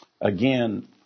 again